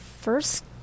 first